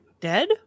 dead